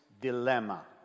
dilemma